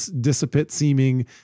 dissipate-seeming